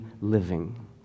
living